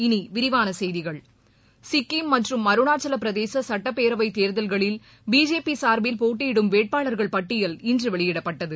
இனி விரிவான செய்திகள் சிக்கிம் மற்றும் அருணாச்சல பிரதேச சட்டபேரவைத் தேர்தல்களில் பிஜேபி சார்பில் போட்டியிடும் வேட்பாளர்கள் பட்டியல் இன்று வெளியிடப்பட்டது